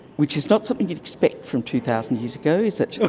which is not something you'd expect from two thousand years ago, is it.